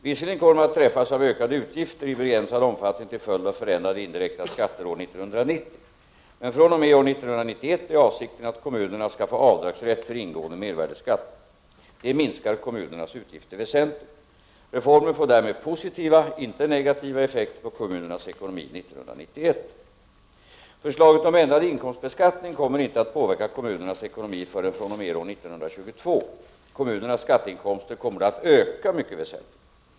Visserligen kommer de att träffas av ökade utgifter i begränsad omfattning till följd av förändrade indirekta skatter år 1990, men fr.o.m. år 1991 är avsikten att kommunerna skall få avdragsrätt för ingående mervärdeskatt. Det minskar kommunernas utgifter väsentligt. Reformen får därmed positiva — inte negativa — effekter på kommunernas ekonomi 1991. Förslaget om ändrad inkomstbeskattning kommer inte att påverka kommunernas ekonomi förrän fr.o.m. år 1992. Kommunernas skatteinkomster kommer då att öka mycket väsentligt.